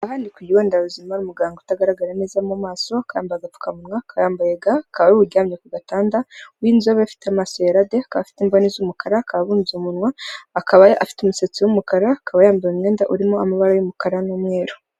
Aha ni ku kigo nderabuzima, umuganga utagaragara neza mu maso, akaba yambaye agapfukamunwa, akaba yambaye ga, hakaba hari umuntu uryamye ku gatanda w'inzobe, afite amaso yerade, akaba afite imboni z'umukara, akaba abumbye umunwa, akaba afite umusatsi w'umukara, akaba yambaye umwenda urimo amabara y'umukara n'umweru.